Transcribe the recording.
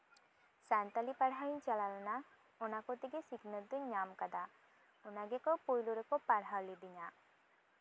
ᱥᱟᱱᱛᱟᱲᱤ ᱯᱟᱲᱦᱟᱣ ᱤᱧ ᱪᱟᱞᱟᱣ ᱞᱮᱱᱟ ᱚᱱᱟ ᱠᱚ ᱛᱮᱜᱮ ᱥᱤᱠᱷᱱᱟᱹᱛ ᱫᱩᱧ ᱧᱟᱢ ᱠᱟᱫᱟ ᱚᱱᱟ ᱜᱮᱠᱚ ᱯᱳᱭᱞᱳ ᱨᱮᱠᱚ ᱯᱟᱲᱦᱟᱣ ᱞᱤᱫᱤᱧᱟᱹ